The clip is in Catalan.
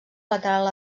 lateral